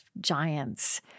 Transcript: giants